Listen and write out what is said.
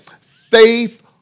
Faith